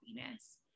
happiness